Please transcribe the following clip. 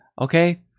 Okay